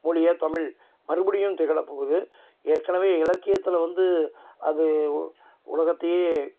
மொழியாக தமிழ் மறுபடியும் திகழப்போகுது ஏற்கனவே இலக்கியத்தில் வந்து அது உலகத்தையே